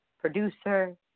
producer